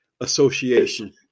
association